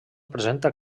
presenta